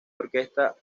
orquesta